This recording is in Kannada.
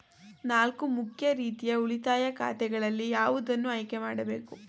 ನಾಲ್ಕು ಮುಖ್ಯ ರೀತಿಯ ಉಳಿತಾಯ ಖಾತೆಗಳಲ್ಲಿ ಯಾವುದನ್ನು ಆಯ್ಕೆ ಮಾಡಬೇಕು?